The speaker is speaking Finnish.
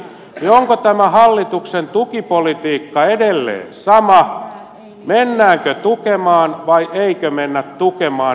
onko tämä hallituksen tukipolitiikka edelleen sama mennäänkö tukemaan vai eikö mennä tukemaan